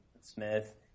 Smith